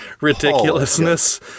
ridiculousness